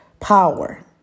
power